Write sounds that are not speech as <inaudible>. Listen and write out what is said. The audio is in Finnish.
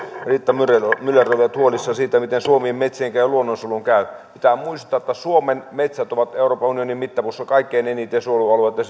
riitta myller olivat huolissaan siitä miten suomen metsien ja luonnonsuojelun käy pitää muistaa että suomen metsät ovat euroopan unionin mittapuussa kaikkein eniten suojelualueita <unintelligible>